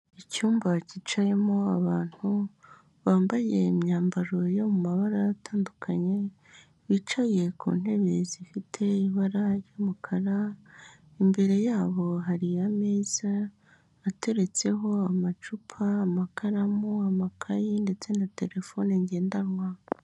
Icyumba cyicayemo abantu bambaye imyambaro yo mu mabara atandukanye, bicaye ku ntebe zifite ibara ry'umukara, imbere yabo hari ameza ateretseho amacupa, amakaramu, amakayi ndetse na terefone ngendanwa.